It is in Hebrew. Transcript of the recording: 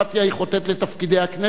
היא חוטאת לתפקידי הכנסת,